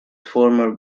former